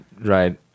right